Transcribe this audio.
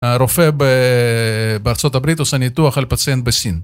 הרופא בארה״ב עושה ניתוח על פציאנט בסין